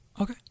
Okay